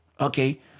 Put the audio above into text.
okay